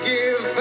Give